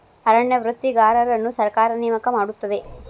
ಅರಣ್ಯ ವೃತ್ತಿಗಾರರನ್ನು ಸರ್ಕಾರ ನೇಮಕ ಮಾಡುತ್ತದೆ